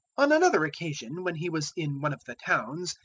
on another occasion, when he was in one of the towns,